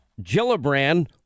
Gillibrand